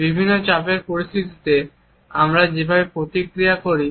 এবং বিভিন্ন চাপের পরিস্থিতিতে আমরা যেভাবে প্রতিক্রিয়া করি